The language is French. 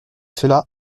cela